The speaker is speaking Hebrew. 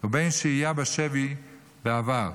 ובין שהייה בשבי בעבר,